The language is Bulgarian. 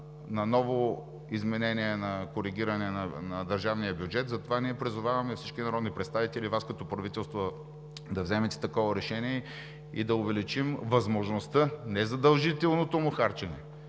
на ново коригиране на държавния бюджет. Затова призоваваме всички народни представители, и Вас като правителство, да вземете такова решение и да увеличим възможността – не задължителното му харчене,